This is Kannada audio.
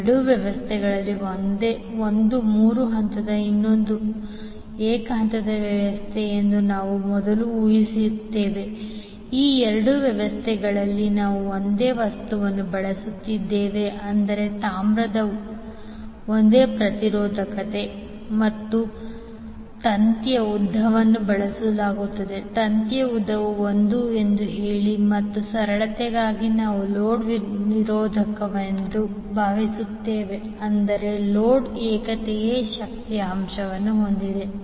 ಎರಡೂ ವ್ಯವಸ್ಥೆಗಳಲ್ಲಿ ಒಂದು ಮೂರು ಹಂತ ಮತ್ತು ಇನ್ನೊಂದು ಏಕ ಹಂತದ ವ್ಯವಸ್ಥೆ ಎಂದು ನಾವು ಮೊದಲು ಊಹಿಸುತ್ತೇವೆ ಈ ಎರಡೂ ವ್ಯವಸ್ಥೆಗಳಲ್ಲಿ ನಾವು ಒಂದೇ ವಸ್ತುವನ್ನು ಬಳಸುತ್ತಿದ್ದೇವೆ ಅಂದರೆ ತಾಮ್ರದ ಒಂದೇ ಪ್ರತಿರೋಧಕತೆ ಮತ್ತು ತಂತಿಯ ಉದ್ದವನ್ನು ಬಳಸಲಾಗುತ್ತಿದೆ ತಂತಿಯ ಉದ್ದವು l ಎಂದು ಹೇಳಿ ಮತ್ತು ಸರಳತೆಗಾಗಿ ನಾವು ಲೋಡ್ಗಳು ನಿರೋಧಕವೆಂದು ಭಾವಿಸುತ್ತೇವೆ ಅಂದರೆ ಲೋಡ್ ಏಕತೆಯ ಶಕ್ತಿಯ ಅಂಶವನ್ನು ಹೊಂದಿದೆ